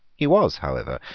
he was, however,